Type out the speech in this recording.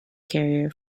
carrier